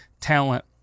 talent